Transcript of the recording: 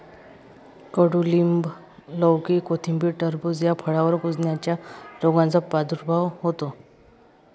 कडूलिंब, लौकी, कोथिंबीर, टरबूज या फळांवर कुजण्याच्या रोगाचा प्रादुर्भाव होतो